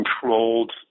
controlled